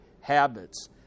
habits